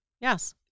Yes